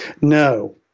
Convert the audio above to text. No